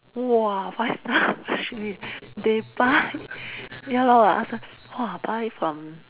!whoa! five star Michelin they buy ya lor I ask her her !whoa! buy from